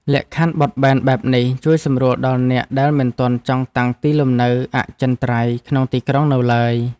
លក្ខខណ្ឌបត់បែនបែបនេះជួយសម្រួលដល់អ្នកដែលមិនទាន់ចង់តាំងទីលំនៅអចិន្ត្រៃយ៍ក្នុងទីក្រុងនៅឡើយ។